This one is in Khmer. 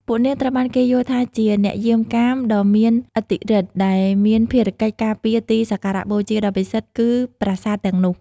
ពួកនាងត្រូវបានគេយល់ថាជា អ្នកយាមកាមដ៏មានឥទ្ធិឫទ្ធិ ដែលមានភារកិច្ចការពារទីសក្ការបូជាដ៏ពិសិដ្ឋ គឺប្រាសាទទាំងនោះ។